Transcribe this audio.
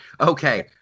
Okay